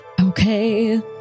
okay